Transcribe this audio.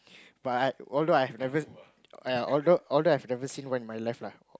but although I have never !aiya! although although I have seen one in my life lah